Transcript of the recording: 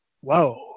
whoa